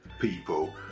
people